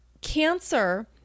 cancer